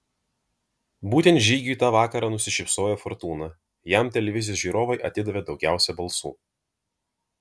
būtent žygiui tą vakarą nusišypsojo fortūna jam televizijos žiūrovai atidavė daugiausiai balsų